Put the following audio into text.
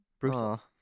Brutal